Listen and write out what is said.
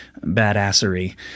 badassery